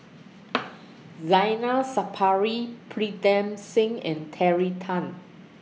Zainal Sapari Pritam Singh and Terry Tan